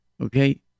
Okay